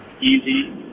easy